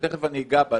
ותיכף אני אגע בה,